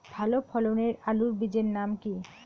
ভালো ফলনের আলুর বীজের নাম কি?